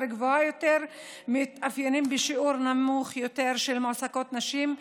גבוהה יותר מתאפיינים בשיעור נמוך יותר של מועסקות נשים,